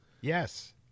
Yes